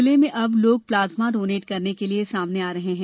जिले में अब लोग प्लाजमा डोनेट करने के लिए सामने आ रहे है